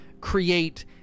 create